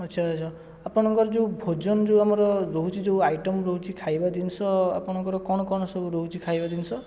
ଆଛା ଆଛା ଆପଣଙ୍କର ଯେଉଁ ଭୋଜନ ଯେଉଁ ଆମର ରହୁଛି ଯେଉଁ ଆଇଟମ୍ ରହୁଛି ଖାଇବା ଜିନିଷ ଆପଣଙ୍କର କଣ କଣ ସବୁ ରହୁଛି ଖାଇବା ଜିନିଷ